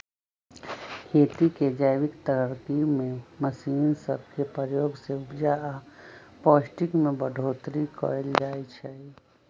खेती के जैविक तरकिब में मशीन सब के प्रयोग से उपजा आऽ पौष्टिक में बढ़ोतरी कएल जाइ छइ